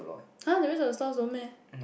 [huh] the rest of the stalls don't meh